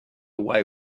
away